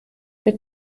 mit